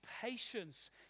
patience